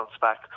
back